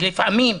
ולפעמים,